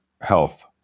health